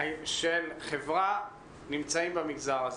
חברה נמצאים במגזר הזה.